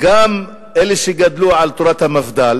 גם אלה שגדלו על תורת המפד"ל